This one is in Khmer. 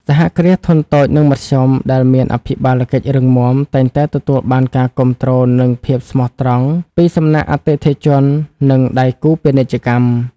សហគ្រាសធុនតូច និងមធ្យម ដែលមានអភិបាលកិច្ចរឹងមាំ តែងតែទទួលបានការគាំទ្រ និងភាពស្មោះត្រង់ពីសំណាក់អតិថិជន និងដៃគូពាណិជ្ជកម្ម។